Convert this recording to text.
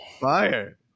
Fire